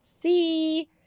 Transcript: see